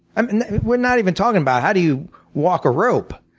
um we're not even talking about how do you walk a rope.